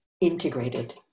integrated